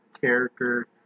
character